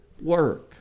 work